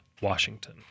Washington